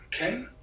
Okay